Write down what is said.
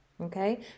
Okay